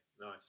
nice